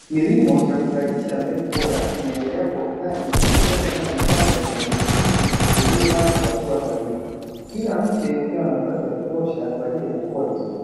Kilimo cha kuzalisha mbegu bora kinaendelea kwa ustadi kupitia mimea michanga ya kijani kibichi iliyopangwa kwa hatua sahihi, kila mche ukiwa na nafasi ya kutosha kwa ajili ya kukua vizuri.